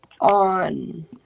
on